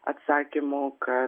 atsakymų kad